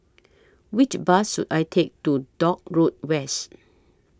Which Bus should I Take to Dock Road West